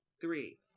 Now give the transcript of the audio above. three